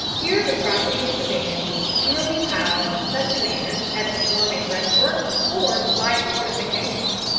here the property of the band was securely piled in such a manner as to form a breastwork or slight fortification,